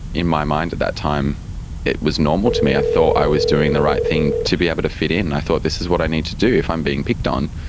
in my mind at that time it was normal to me, i thought i was doing the right thing to be able to fit in. and i thought this is what i need to do if i'm being picked on,